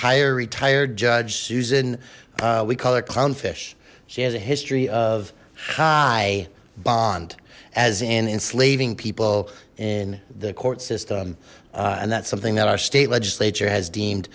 hire retired judge susan we call her clown fish she has a history of high bond as in enslaving people in the court system and that's something that our state legislature has deemed